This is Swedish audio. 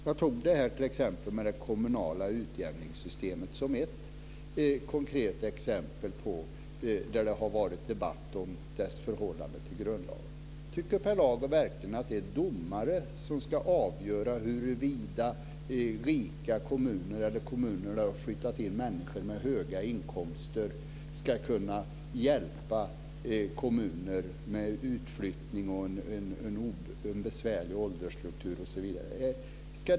Jag tog upp exemplet med det kommunala utjämningssystemet som ett konkret exempel där det har varit debatt om utjämningssystemets förhållande till grundlagen. Tycker Per Lager verkligen att det är domare som ska avgöra huruvida rika kommuner eller kommuner till vilka det har flyttat in människor med höga inkomster ska kunna hjälpa kommuner som har stor utflyttning och en besvärlig åldersstruktur osv.?